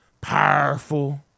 powerful